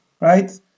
right